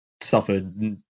suffered